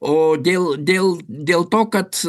o dėl dėl dėl to kad